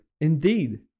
Indeed